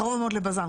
קרוב מאוד לבזן,